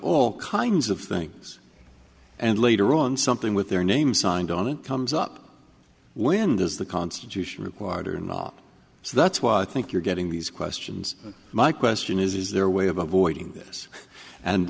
all kinds of things and later on something with their name signed on it comes up when does the constitution required or not so that's why i think you're getting these questions my question is is there a way of avoiding this and